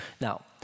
Now